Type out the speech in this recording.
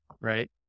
right